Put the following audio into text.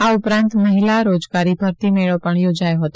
આ ઉપરાંત મહિલા રોજગારી ભર્તી મેળો પણ યોજાયો હતો